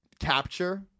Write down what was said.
capture